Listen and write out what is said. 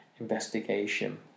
Investigation